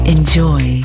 Enjoy